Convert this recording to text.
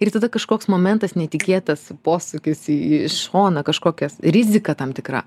ir tada kažkoks momentas netikėtas posūkis į į šoną kažkokios riziką tam tikra